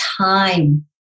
time